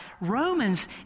Romans